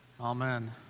Amen